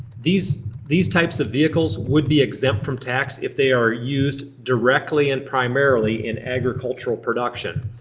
these these types of vehicles would be exempt from tax if they are used directly and primarily in agricultural production.